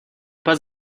pas